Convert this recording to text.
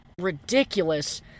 ridiculous